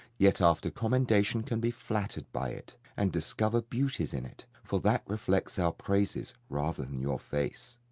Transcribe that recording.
yet after commendation can be flattered by it, and discover beauties in it for that reflects our praises rather than your face.